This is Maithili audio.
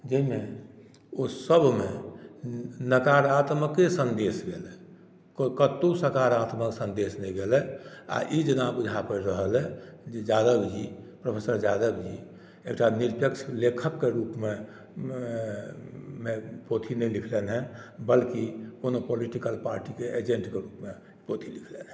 जाहिमे ओ सभमे नकारात्मके सन्देश गेल कतहु सकारात्मक सन्देश नहि गेलए आ ई जेना बुझा पड़ि रहलए जे यादवजी प्रोफेसर यादवजी एकटा निरपेक्ष लेखकके रूपमे पोथी नहि लिखलनि हेँ बल्कि कोनो पॉलिटिकल पार्टीके एजेन्टके रूपमे पोथी लिखलनि हेँ